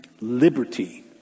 liberty